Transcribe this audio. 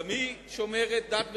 גם היא שומרת דת ומסורת,